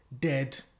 dead